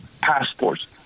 passports